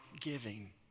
giving